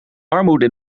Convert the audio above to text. armoede